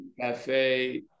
cafe